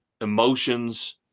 emotions